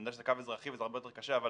אני יודע שזה קו אזרחי וזה הרבה יותר קשה אבל